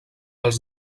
els